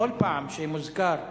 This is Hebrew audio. בכל פעם שמוזכר "ערבי"